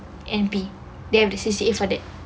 N_P they ada C_C_A for that